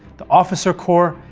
the officer corps,